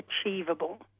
achievable